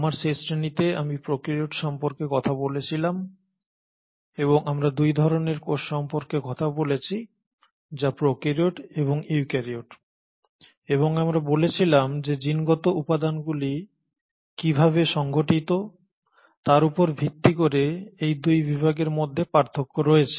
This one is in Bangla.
আমার শেষ শ্রেণিতে আমি প্রোক্যারিওট সম্পর্কে কথা বলেছিলাম এবং আমরা 2 ধরণের কোষ সম্পর্কে কথা বলেছি যা প্রোক্যারিওট এবং ইউক্যারিওট এবং আমরা বলেছিলাম যে জিনগত উপাদানগুলি কীভাবে সংগঠিত তার উপর ভিত্তি করে এই 2 বিভাগের মধ্যে পার্থক্য রয়েছে